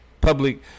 public